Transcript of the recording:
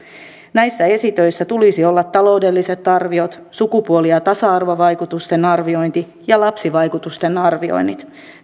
näissä esitöissä tulisi olla taloudelliset arviot sukupuoli ja tasa arvovaikutusten arviointi ja lapsivaikutusten arviointi